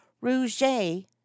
Rouget